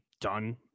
done